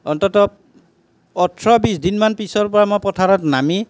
অন্তত ওঠৰ বিছদিনমান পিছৰ পৰা মই পথাৰত নামি